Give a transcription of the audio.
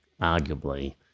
Arguably